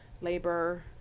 labor